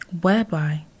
Whereby